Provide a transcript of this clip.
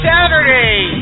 Saturday